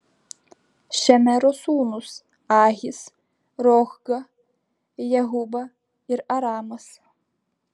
šemero sūnūs ahis rohga jehuba ir aramas